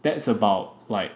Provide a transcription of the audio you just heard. that's about like